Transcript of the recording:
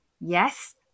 Yes